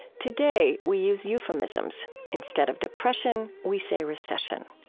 today, we use euphemisms, instead of depression we say recession,